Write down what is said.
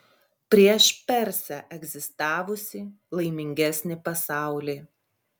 prieš persę egzistavusį laimingesnį pasaulį